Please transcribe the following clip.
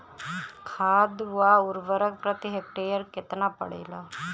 खाध व उर्वरक प्रति हेक्टेयर केतना पड़ेला?